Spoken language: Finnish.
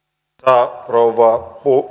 arvoisa rouva